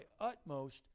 utmost